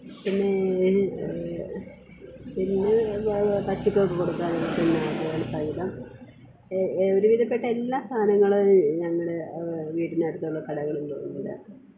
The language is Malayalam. പിന്നെ പിന്നെ പശുക്കൾക്ക് കൊടുക്കാൻ ഉപയോഗിക്കുന്നത് സഹിതം ഒരുവിധപ്പെട്ട എല്ലാ സാധനങ്ങളും ഞങ്ങളുടെ വീടിനടുത്തുള്ള കടകളിലുണ്ട്